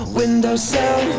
windowsill